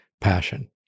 passion